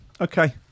Okay